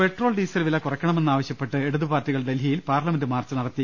petrol diesel വില കുറയ്ക്കണമെന്നാവശൃപ്പെട്ട് ഇട തുപാർട്ടികൾ ഡൽഹിയിൽ പാർലമെന്റ് മാർച്ച് നടത്തി